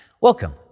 Welcome